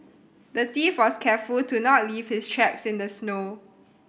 the thief was careful to not leave his tracks in the snow